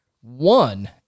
one